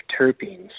terpenes